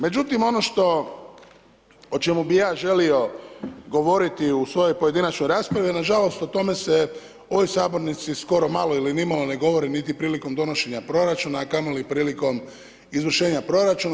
Međutim, ono što, o čemu bi ja želio govoriti u svojoj pojedinačnoj raspravi, nažalost, o tome se u ovoj sabornici skoro malo ili nimalo ne govori niti prilikom donošenja proračuna, a kamo li prilikom izvršenja proračuna.